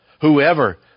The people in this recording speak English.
whoever